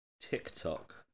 TikTok